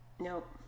Nope